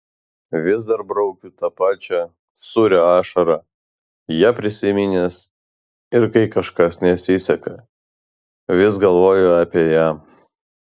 vis dar braukiu tą pačią sūrią ašarą ją prisiminęs ir kai kažkas nesiseka vis galvoju apie ją